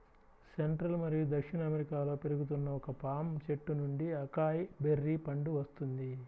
central మరియు దక్షిణ అమెరికాలో పెరుగుతున్న ఒక పామ్ చెట్టు నుండి అకాయ్ బెర్రీ పండు వస్తుంది